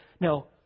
no